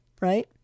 right